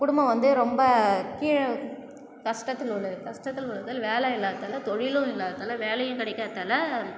குடும்பம் வந்து ரொம்ப கீழே கஷ்டத்தில் உள்ளது கஷ்டத்தில் உள்ளதால் வேலை இல்லாததால் தொழிலும் இல்லாததால் வேலையும் கிடைக்காததால